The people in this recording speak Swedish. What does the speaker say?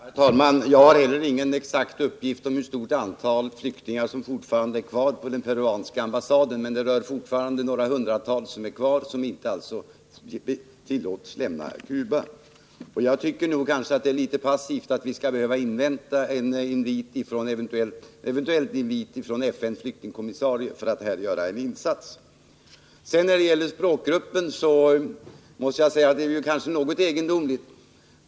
Herr talman! Jag har inte heller någon exakt uppgift om hur stort antal flyktingar som är kvar på den peruanska ambassaden. Men det är några hundra kvar där som alltså inte tillåts lämna Cuba. Regeringen är litet passiv om den skall behöva invänta en eventuell invit från FN:s flyktingkommissarie innan den gör en insats. Det som sades om språkgruppen var något egendomligt.